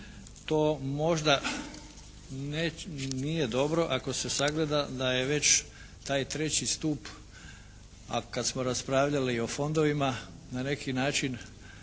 To možda nije dobro ako se sagleda da je već taj treći stup a kad smo raspravljali i o fondovima na neki način